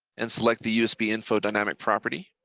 and select the usb info dynamic property